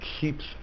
keeps